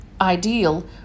ideal